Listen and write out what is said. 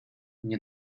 nie